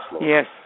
Yes